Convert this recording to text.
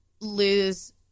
lose